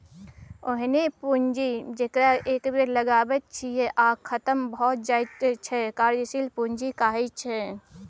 ओहेन पुंजी जकरा एक बेर लगाबैत छियै आ खतम भए जाइत छै कार्यशील पूंजी कहाइ छै